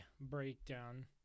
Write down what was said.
breakdown